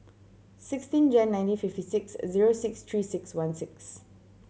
sixteen Jan nineteen fifty six zero six Three Six One six